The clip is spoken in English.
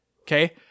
okay